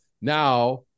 Now